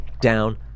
down